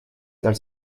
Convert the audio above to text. dal